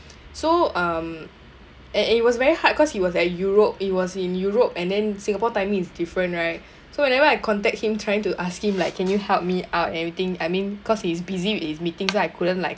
so um and it was very hard cause he was at europe he was in europe and then singapore timing is different right so whenever I contact him trying to ask him like can you help me out everything I mean cause he's busy with his meetings so I couldn't like